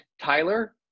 Tyler